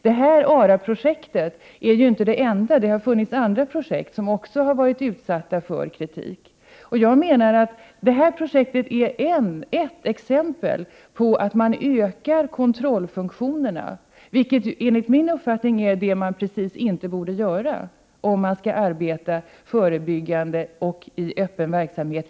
ARA-projektet är inte det enda 95 exemplet, utan det har funnits andra projekt som också varit utsatta för kritik. Det här projektet är ett exempel på att man ökar kontrollfunktionen, vilket enligt min uppfattning är just det man inte borde göra om man skall arbeta med ungdomar i förebyggande och öppen verksamhet.